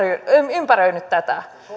ympäröinyt tätä